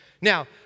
Now